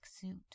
suit